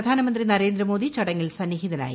പ്രധാനമന്ത്രി നരേന്ദ്രമോദി ചടങ്ങിൽ സന്നിഹിതാനായി